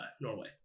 Norway